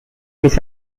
his